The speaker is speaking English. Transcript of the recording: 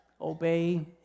Obey